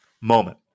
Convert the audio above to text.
moment